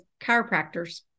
chiropractors